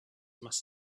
must